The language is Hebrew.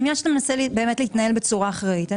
אני מאמינה שאתה גם מנסה להתנהל בצורה אחראית.